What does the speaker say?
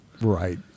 Right